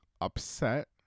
upset